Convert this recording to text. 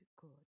good